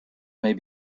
may